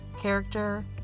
character